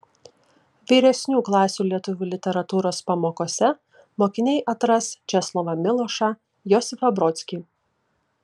vyresnių klasių lietuvių literatūros pamokose mokiniai atras česlovą milošą josifą brodskį